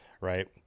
Right